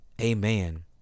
amen